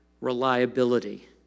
reliability